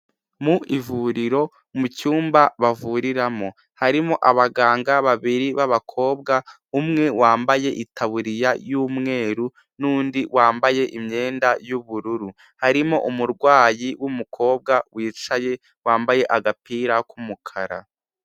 Mu ivuriro mu cyumba bavuriramo. Harimo abaganga babiri b'abakobwa, umwe wambaye itaburiya y'umweru, n'undi wambaye imyenda y'ubururu. Harimo umurwayi w'umukobwa wicaye wambaye agapira k'umukara.